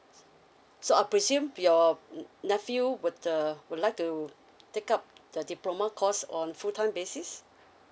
so I presume your nephew would uh would like to take up the the diploma course on full time basis